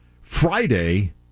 Friday